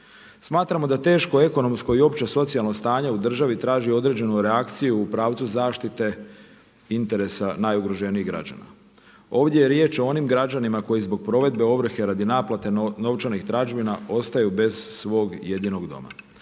Smatramo da teško, ekonomsko i opće socijalno stanje u državi traži određenu reakciju u pravcu zaštite interesa najugroženijih građana. Ovdje je riječ o onim građanima koji zbog provedbe ovrhe radi naplate novčanih tražbina ostaju bez svog jedinog doma.